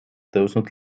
tõusnud